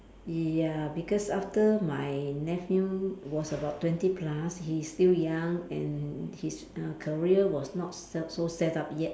ya because after my nephew was about twenty plus he's still young and his uh career was not so so set up yet